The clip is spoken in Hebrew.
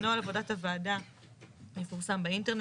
נוהל עבודת הוועדה יפורסם באינטרנט